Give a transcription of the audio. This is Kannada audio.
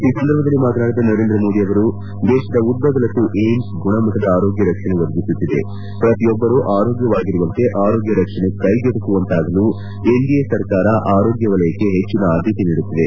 ಈ ಸಂದರ್ಭದಲ್ಲಿ ಮಾತನಾಡಿದ ನರೇಂದ್ರಮೋದಿ ಅವರು ದೇಶದ ಉದ್ಲಗಲಕ್ಕೂ ಏಮ್ಸ್ ಗುಣಮಟ್ಲದ ಆರೋಗ್ನ ರಕ್ಷಣೆ ಒದಗಿಸುತ್ತಿದೆ ಪ್ರತಿಯೊಬ್ಲರು ಆರೋಗ್ಲವಾಗಿರುವಂತೆ ಆರೋಗ್ಲ ರಕ್ಷಣೆ ಕ್ಷೆಗೆಟುಕುವಂತಾಗಲು ಎನ್ಡಿಎ ಸರ್ಕಾರ ಆರೋಗ್ಲ ವಲಯಕ್ಕೆ ಹೆಚ್ಚಿನ ಆದ್ಲತೆ ನೀಡುತ್ತಿದೆ